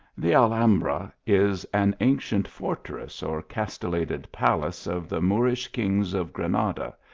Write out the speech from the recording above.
the alhambra is an ancient fortress or castel lated palace of the moorish kings of granada,